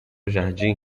jardim